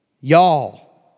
y'all